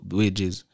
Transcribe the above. wages